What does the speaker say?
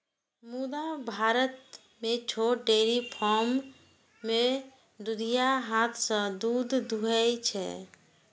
मुदा भारत मे छोट डेयरी फार्म मे दुधिया हाथ सं दूध दुहै छै